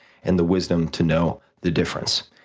and the wisdom to know the difference.